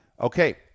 okay